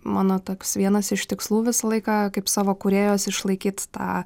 mano toks vienas iš tikslų visą laiką kaip savo kūrėjos išlaikyt tą